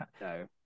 no